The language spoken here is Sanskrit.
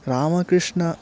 रामकृष्णः